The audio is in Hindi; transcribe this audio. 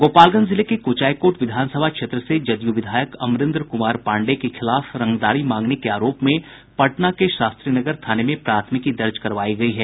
गोपालगंज जिले के कुचायकोट विधानसभा क्षेत्र से जदयू विधायक अमरेन्द्र कुमार पांडेय के खिलाफ रंगदारी मांगने के आरोप में पटना के शास्त्रीनगर थाने में प्राथमिकी दर्ज करवायी गयी है